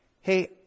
Hey